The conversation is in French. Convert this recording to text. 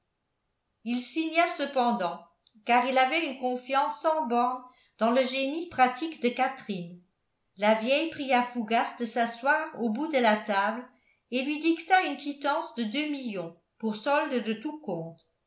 il signa cependant car il avait une confiance sans bornes dans le génie pratique de catherine la vieille pria fougas de s'asseoir au bout de la table et lui dicta une quittance de deux millions pour solde de tout compte